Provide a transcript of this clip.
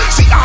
See